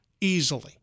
easily